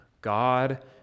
God